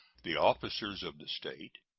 the officers of the state,